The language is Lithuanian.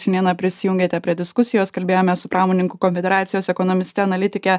šiandieną prisijungėte prie diskusijos kalbėjomės su pramonininkų konfederacijos ekonomiste analitike